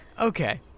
Okay